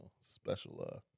special